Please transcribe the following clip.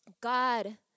God